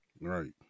Right